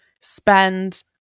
spend